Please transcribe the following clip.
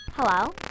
Hello